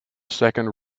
second